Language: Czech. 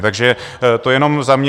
Takže to jenom za mě.